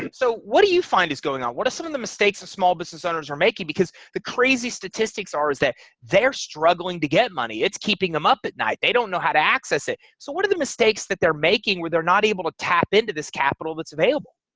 and so what do you find is going on? what are some of the mistakes of small business owners are making because the crazy statistics are is that they're struggling to get money it's keeping them up at night they don't know how to access it. so what are the mistakes that they're making where they're not able to tap into this capital that's available?